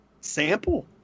Sample